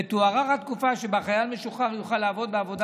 ותוארך התקופה שבה חייל משוחרר יוכל לעבוד בעבודה